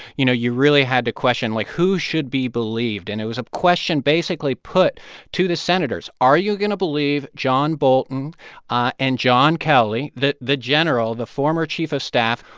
you know, you really had to question, like, who should be believed? and it was a question basically put to the senators. are you going to believe john bolton ah and john kelly, the the general, the former chief of staff,